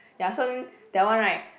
ya so then that one right